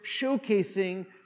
showcasing